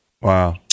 Wow